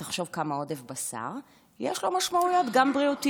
ותחשוב כמה לעודף בשר יש גם משמעויות בריאותיות,